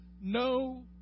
no